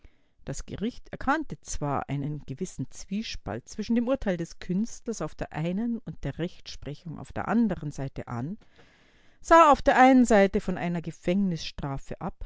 das gericht erkannte zwar einen gewissen zwiespalt zwischen dem urteil des künstlers auf der einen und der rechtsprechung auf der andern seite an sah auf der einen seite von einer gefängnisstrafe ab